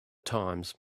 times